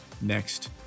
next